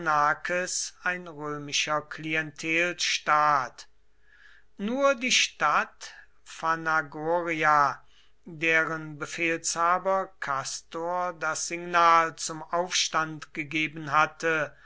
ein römischer klientelstaat nur die stadt phanagoria deren befehlshaber kastor das signal zum aufstand gegeben hatte